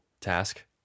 task